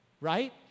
Right